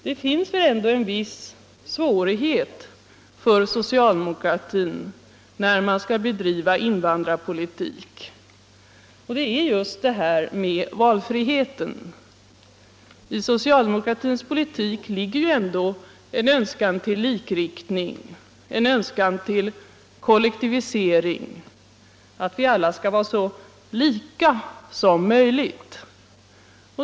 Det finns väl ändå en viss svårighet för socialdemokratin när man skall bedriva invandrar politik, och det är just detta med valfriheten. I socialdemokratins politik Nr 80 ligger ju en önskan till likriktning, en önskan till kollektivisering, att Onsdagen den vi alla skall vara så lika som möjligt.